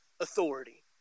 authority